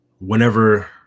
whenever